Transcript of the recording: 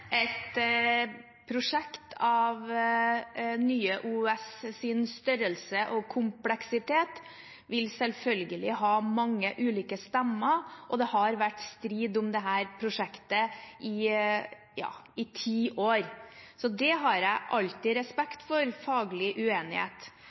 Et prosjekt av Nye OUS' størrelse og kompleksitet vil selvfølgelig ha mange ulike stemmer, og det har vært strid om dette prosjektet i ti år. Jeg har alltid